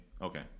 okay